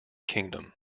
kingdom